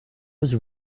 was